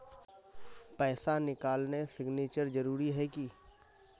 पैसा निकालने सिग्नेचर जरुरी है की?